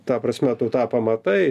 ta prasme tu tą pamatai